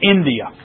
India